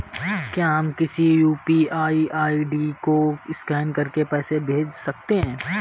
क्या हम किसी यू.पी.आई आई.डी को स्कैन करके पैसे भेज सकते हैं?